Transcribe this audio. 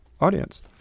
Audience